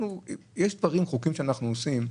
יש חוקים שאנחנו עושים,